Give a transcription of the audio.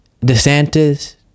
DeSantis